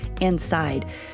inside